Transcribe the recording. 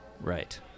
Right